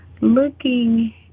looking